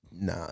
Nah